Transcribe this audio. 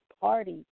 Party